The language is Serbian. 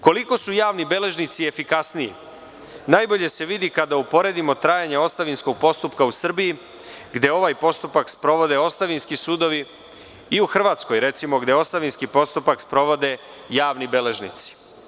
Koliko su javni beležnici efikasni najbolje se vidi kada uporedimo trajanje ostavinskog postupka u Srbiji gde ovaj postupak sprovode ostavinski sudovi i u Hrvatskoj, recimo, gde ostavinski postupak sprovode javni beležnici.